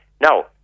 Now